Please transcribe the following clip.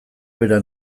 bera